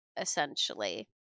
essentially